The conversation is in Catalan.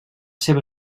seva